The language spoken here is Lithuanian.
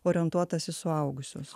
orientuotas į suaugusius